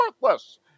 worthless